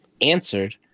answered